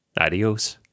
Adios